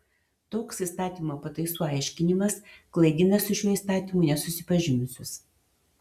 toks įstatymo pataisų aiškinimas klaidina su šiuo įstatymu nesusipažinusius